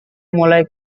mulai